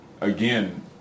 again